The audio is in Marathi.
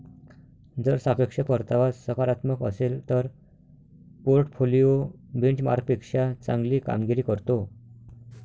जर सापेक्ष परतावा सकारात्मक असेल तर पोर्टफोलिओ बेंचमार्कपेक्षा चांगली कामगिरी करतो